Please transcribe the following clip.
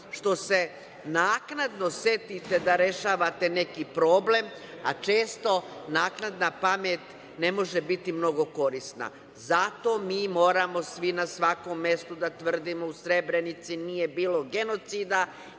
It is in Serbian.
što se naknadno setite da rešavate neki problem, a često naknadna pamet ne može biti mnogo korisna. Zato mi moramo svi na svakom mestu da tvrdimo da u Srebrenici nije bilo genocida